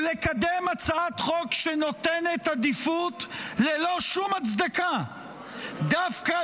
ולקדם הצעת חוק שנותן עדיפות ללא שום הצדקה דווקא